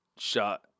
Shot